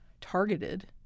targeted